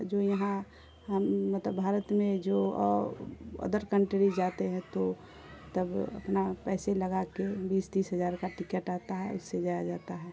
جو یہاں ہم مطلب بھارت میں جو ادر کنٹری جاتے ہیں تو تب اپنا پیسے لگا کے بیس تیس ہزار کا ٹکٹ آتا ہے اس سے جایا جاتا ہے